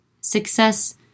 Success